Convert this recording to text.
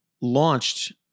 launched